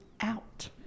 out